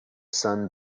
sun